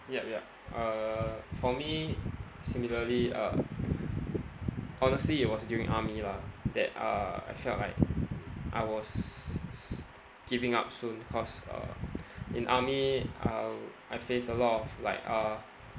yup yup uh for me similarly uh honestly it was during army lah that uh I felt like I was s~ giving up soon cause uh in army I'll I faced a lot of like uh